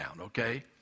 okay